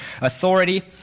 authority